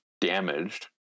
damaged